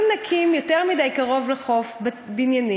אם נקים יותר מדי קרוב לחוף בניינים,